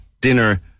dinner